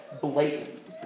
blatant